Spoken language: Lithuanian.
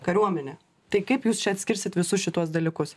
kariuomenė tai kaip jūs čia atskirsit visus šituos dalykus